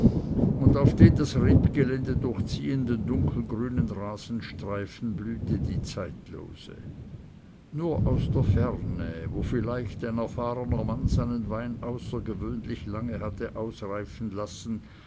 und auf den das rebgelände durchziehenden dunkelgrünen rasenstreifen blühte die zeitlose nur aus der ferne wo vielleicht ein erfahrener mann seinen wein außergewöhnlich lange hatte ausreifen lassen